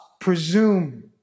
presume